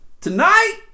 Tonight